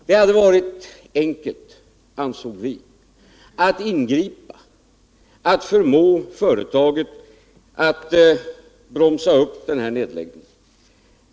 Det hade enligt vår mening varit enkelt att ingripa och förmå företaget att bromsa upp denna nedläggning.